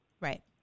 Right